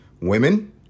women